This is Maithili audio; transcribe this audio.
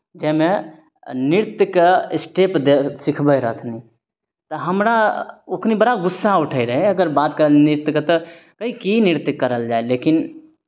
जाहिमे नृत्यके स्टेप दै सिखबैत रहथिन तऽ हमरा ओखनि बड़ा गुस्सा उठैत रहय अगर बात करी नृत्यके तऽ ई की नृत्य करल जाय लेकिन